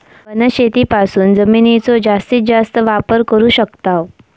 वनशेतीपासून जमिनीचो जास्तीस जास्त वापर करू शकताव